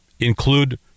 include